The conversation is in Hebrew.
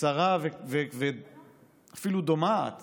צרה ואפילו דומעת